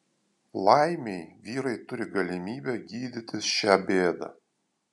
laimei vyrai turi galimybę gydytis šią bėdą